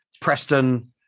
preston